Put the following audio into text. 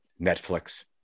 Netflix